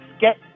get